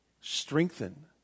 strengthen